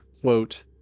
quote